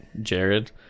Jared